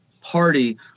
party